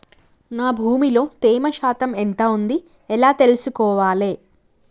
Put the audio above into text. నా భూమి లో తేమ శాతం ఎంత ఉంది ఎలా తెలుసుకోవాలే?